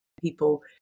people